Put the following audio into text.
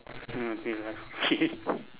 ah 对 lah okay